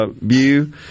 view